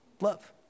Love